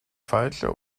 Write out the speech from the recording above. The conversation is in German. falsche